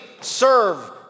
serve